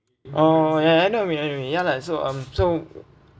oh ya ya I know what you mean what you mean ya lah so um so